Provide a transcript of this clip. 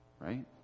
right